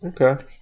Okay